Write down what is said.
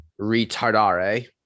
RETARDARE